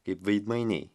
kaip veidmainiai